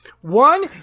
One